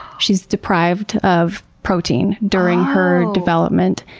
she's deprived of protein during her development,